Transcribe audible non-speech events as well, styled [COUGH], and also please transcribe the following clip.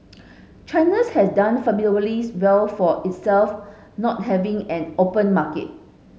China's has done fabulously [UNINTELLIGIBLE] well for itself not having an open market